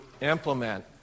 implement